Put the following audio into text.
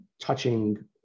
touching